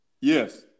Yes